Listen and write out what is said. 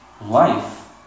life